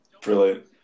Brilliant